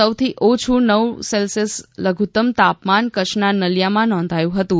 સૌથી ઓછું નવ ડિગ્રી સેલ્સીયસ લધુત્તમ તાપમાન કચ્છના નલીયામાં નોંધાયું હતું